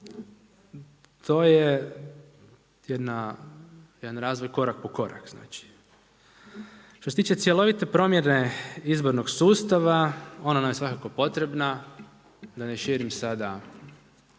To je jedan razvoj korak po korak znači. Što se tiče cjelovite promjene izbornog sustava ona nam je svakako potrebna da ne širim sada